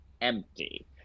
empty